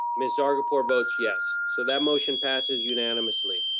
miss zargarpur votes yes. so that motion passes unanimously.